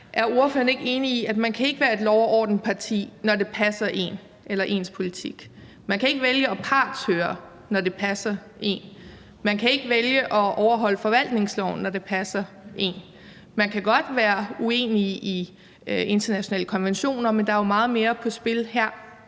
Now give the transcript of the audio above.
Er ordføreren ikke enig i, at man ikke kan være et lov og orden-parti, når det passer en eller ens politik, at man ikke kan vælge at partshøre, når det passer en, og at man ikke kan ikke vælge at overholde forvaltningsloven, når det passer en? Man kan godt være uenig i internationale konventioner, men der er jo meget mere på spil her.